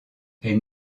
est